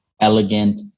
elegant